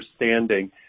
understanding